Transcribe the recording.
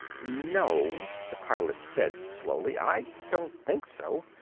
no, the pilot said slowly. i don't think so.